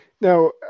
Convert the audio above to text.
Now